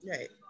Right